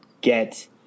get